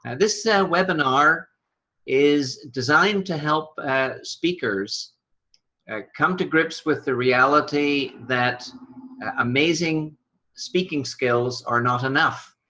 and this webinar is designed to help speakers come to grips with the reality that amazing speaking skills are not enough,